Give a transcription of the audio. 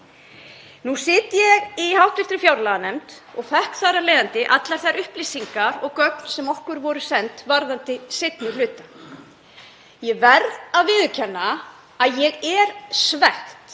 Nú sit ég í hv. fjárlaganefnd og fékk þar af leiðandi allar þær upplýsingar og gögn sem okkur voru send varðandi seinni hlutann. Ég verð að viðurkenna að ég er svekkt